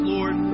Lord